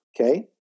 okay